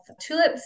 tulips